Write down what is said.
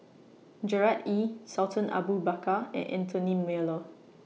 Gerard Ee Sultan Abu Bakar and Anthony Miller